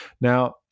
Now